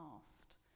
past